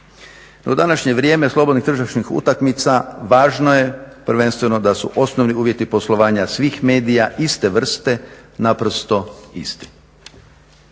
Do današnje vrijeme slobodnih tržišnih utakmica važno je prvenstveno da su osnovni uvjeti poslovanja svih medija iste vrste naprosto isti.